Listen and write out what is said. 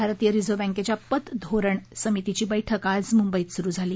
भारतीय रिझर्व बँकेच्या पतधोरण समितीची बैठक आज मुंबईत सुरु झाली